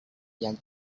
yang